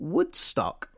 Woodstock